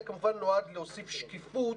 זה כמובן נועד להוסיף שקיפות